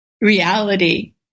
reality